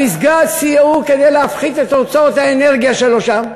למסגד סייעו כדי להפחית את הוצאות האנרגיה שלו שם